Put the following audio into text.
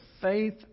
faith